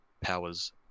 powers